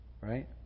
Right